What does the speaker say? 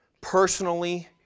personally